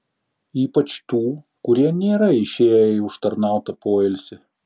ypač tų kurie nėra išėję į užtarnautą poilsį